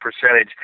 percentage